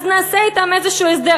אז נעשה אתם איזשהו הסדר,